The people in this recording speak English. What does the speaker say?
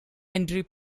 entry